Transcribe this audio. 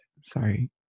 sorry